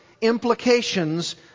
implications